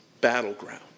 battleground